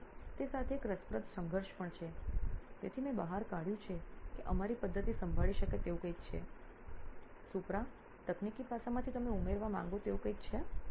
તેથી તે સાથે એક રસપ્રદ સંઘર્ષ પણ છે તેથી મેં બહાર કાઢ્યો છે કે અમારી પદ્ધતિ સંભાળી શકે તેવું કંઈક છે સુપ્રા તકનીકી પાસામાંથી તમે ઉમેરવા માંગો છો તેવું કંઈ છે